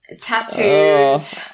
Tattoos